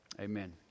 Amen